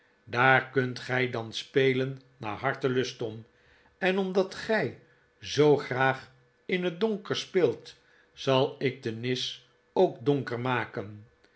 daar kunt gij dan spelen naar hartelust tom en omdat gij zoo graag in het donker speelt zal ik de nis ook donker maken